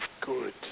good